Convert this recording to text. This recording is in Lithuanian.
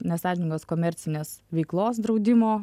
nesąžiningos komercinės veiklos draudimo